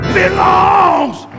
belongs